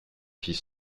fille